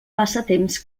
passatemps